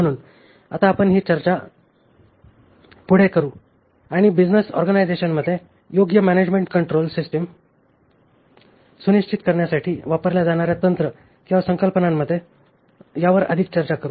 म्हणून आता आपण ही चर्चा पुढे करू आणि बिझनेस ऑर्गनायझेशनमध्ये योग्य मॅनॅजमेण्ट वोंट्रोल सिस्टिम सुनिश्चित करण्यासाठी वापरल्या जाणार्या तंत्र किंवा संकल्पनांमध्ये यावर अधिक चर्चा करू